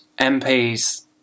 MPs